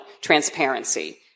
transparency